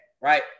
right